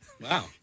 Wow